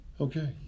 Okay